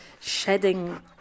shedding